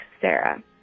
Sarah